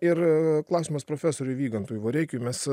ir klausimas profesoriui vygantui vareikiui mes